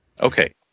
Okay